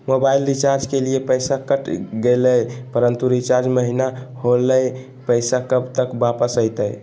Mobile recharge के लिए पैसा कट गेलैय परंतु रिचार्ज महिना होलैय, पैसा कब तक वापस आयते?